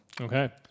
Okay